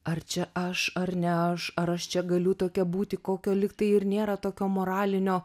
ar čia aš ar ne aš ar aš čia galiu tokia būti kokio lygtai ir nėra tokio moralinio